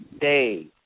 day